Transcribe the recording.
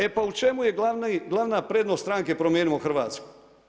E pa u čemu je glavna prednost stranke Promijenimo Hrvatsku?